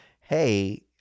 hey